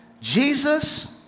Jesus